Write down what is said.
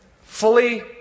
fully